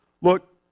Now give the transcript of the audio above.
Look